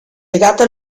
legata